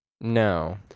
No